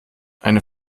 eine